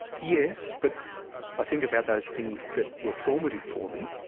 yes, but i think about those things that were formative for me.